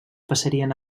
passarien